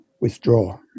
withdraw